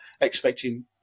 expecting